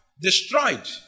destroyed